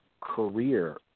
career